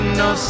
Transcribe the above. no